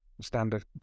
standard